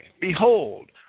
Behold